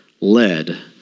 led